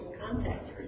contact